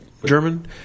German